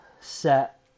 set